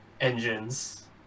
engines